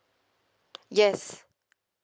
yes